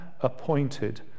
appointed